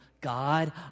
God